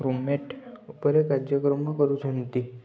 chromate ଉପରେ କାର୍ଯ୍ୟକ୍ରମ କରୁଛନ୍ତି